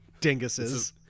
dinguses